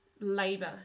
labor